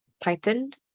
tightened